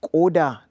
order